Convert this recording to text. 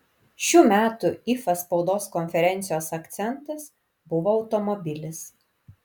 šių metų ifa spaudos konferencijos akcentas buvo automobilis